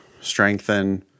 strengthen